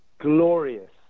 glorious